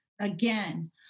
Again